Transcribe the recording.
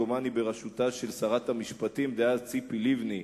דומני בראשותה של שרת המשפטים דאז ציפי לבני,